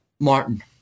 Martin